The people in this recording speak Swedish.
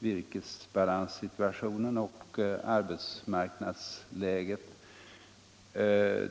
virkesbalanssituationen och arbetsmarknadsläget.